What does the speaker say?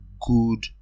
good